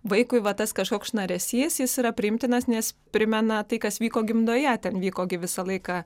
vaikui va tas kažkoks šnaresys jis yra priimtinas nes primena tai kas vyko gimdoje ten vyko gi visą laiką